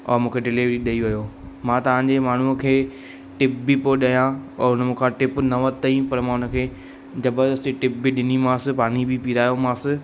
औरि मूंखे डिलीवरी ॾेई वियो मां तव्हांजे माण्हूअ खे टिप बि पोइ ॾेया औरि हुन मूंखां टिप न वतई पर मां उन खे ज़बरदस्ती टिप बि ॾिनीमांसि पाणी बि पिरायोमासि